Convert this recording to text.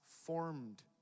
formed